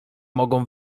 mogą